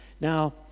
Now